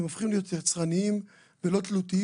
הם הופכים להיות יצרניים ולא תלותיים,